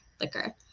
liquor